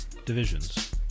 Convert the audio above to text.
Divisions